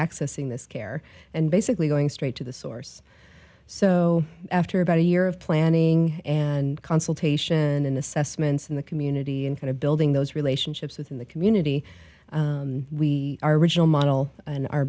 accessing this care and basically going straight to the source so after about a year of planning and consultation an assessment in the community and kind of building those relationships within the community we our regional model an